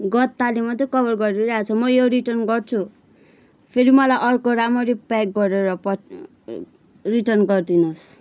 गत्ताले मात्रै कभर गरिरहेको छ म यो रिटर्न गर्छु फेरि मलाई अर्को राम्ररी प्याक गरेर पठ रिटर्न गरिदिनुहोस्